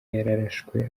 yararashwe